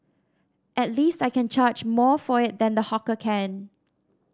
at least I can charge more for it than the hawker can